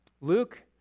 Luke